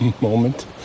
moment